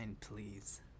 please